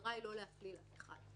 המטרה היא לא להפליל אף אחד,